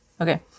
Okay